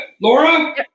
Laura